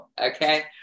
okay